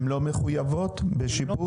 הן לא מחויבות בשיפוץ?